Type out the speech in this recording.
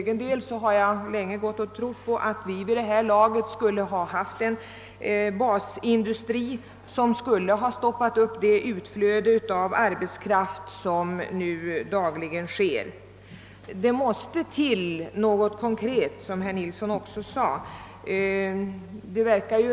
Själv hade jag trott att vi nu skulle ha en basindustri som kunde stoppa det utflöde av arbetskraft som dagligen pågår. Det måste till något konkret, som herr Nilsson i Östersund också framhöll.